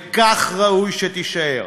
וכך ראוי שתישאר.